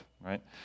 right